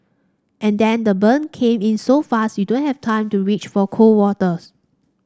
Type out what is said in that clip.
and then the burn came in so fast you don't have time to reach for cold waters